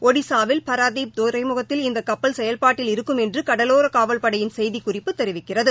ஒடிஹாவில் பாரதீப் துறைமுகத்தில் இந்த கப்பல் செயல்பாட்டில் இருக்கும் என்று கடலோரக் காவல்படையின் செய்திக்குறிப்பு தெரிவிக்கிறது